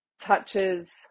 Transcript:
touches